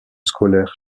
scolaire